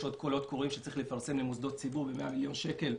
יש עוד קולות קוראים שצריך לפרסם למוסדות ציבור ב-100 מיליון שקל,